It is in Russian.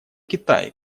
китай